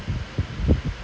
N_U_S will ditch also